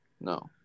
No